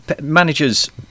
managers